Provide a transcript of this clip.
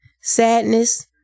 sadness